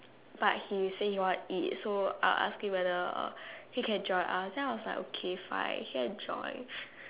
but he say he want to eat so I ask him whether he can join us then I was like okay fine I can join